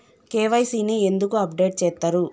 KYC ని ఎందుకు update చేత్తరు?